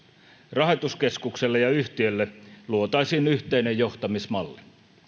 rahoituskeskukselle ja yhtiölle luotaisiin yhteinen johtamismalli